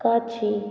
காட்சி